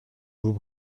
vous